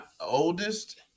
oldest